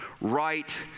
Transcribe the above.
right